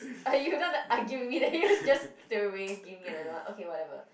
you don't want to argue with me then you just straight away give me another one okay whatever